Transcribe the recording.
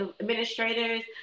administrators